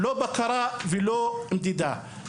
בקרה ומדידה.